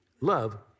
love